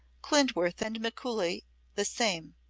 klindworth and mikuli the same,